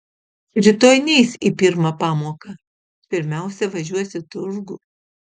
rytoj neis į pirmą pamoką pirmiausia važiuos į turgų